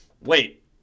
wait